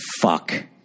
fuck